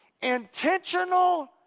Intentional